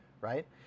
Right